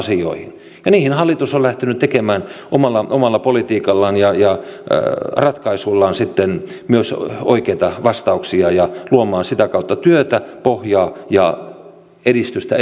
ja niihin hallitus on lähtenyt tekemään omalla politiikallaan ja ratkaisuillaan sitten myös oikeita vastauksia ja luomaan sitä kautta työtä pohjaa ja edistystä eteenpäin